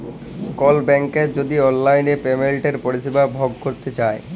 call ব্যাংকের যদি অললাইল পেমেলটের পরিষেবা ভগ ক্যরতে চায়